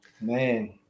man